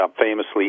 famously